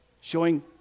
showing